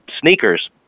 sneakers